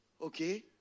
Okay